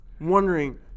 wondering